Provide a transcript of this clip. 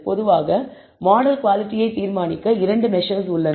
பொதுவாக மாடல் குவாலிடியை தீர்மானிக்க இரண்டு மெசர்ஸ் உள்ளன